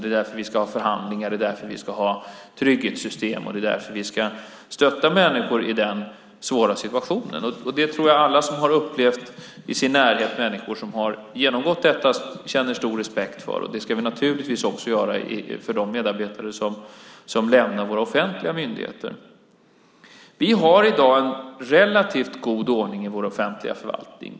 Det är därför vi ska ha förhandlingar. Det är därför vi ska ha trygghetssystem. Det är därför vi ska stötta människor i svåra situationer. Det tror jag att alla som i sin närhet har människor som har genomgått detta känner stor respekt för, och det ska vi naturligtvis också göra för de medarbetare som lämnar våra offentliga myndigheter. Vi har i dag en relativt god ordning i vår offentliga förvaltning.